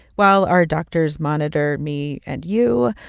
while our doctors monitor me and you,